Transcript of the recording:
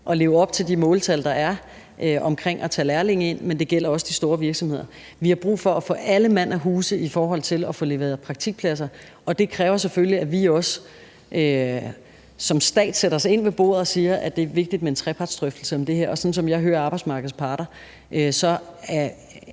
at leve op til de måltal, der er, for at tage lærlinge ind, men det gælder også de store virksomheder. Vi har brug for at få alle mand af huse i forhold til at få leveret praktikpladser, og det kræver selvfølgelig, at vi også som stat sætter os ind til bordet og siger, at det er vigtigt med en trepartsdrøftelse om det her. Og som jeg hører arbejdsmarkedets parter, er